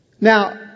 Now